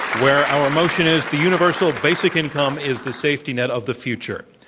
where our motion is, the universal basic income is the safety net of the future.